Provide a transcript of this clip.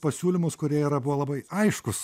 pasiūlymus kurie yra buvo labai aiškūs